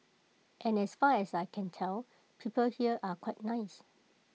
and as far as I can tell people here are quite nice